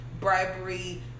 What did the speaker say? bribery